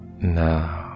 now